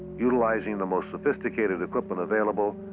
utilizing the most sophisticated equipment available,